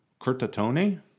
Curtatone